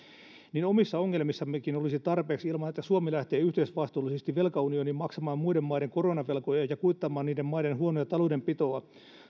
että omissa ongelmissammekin olisi tarpeeksi ilman että suomi lähtee yhteisvastuullisesti velkaunioniin maksamaan muiden maiden koronavelkoja ja kuittaamaan niiden maiden huonoa taloudenpitoa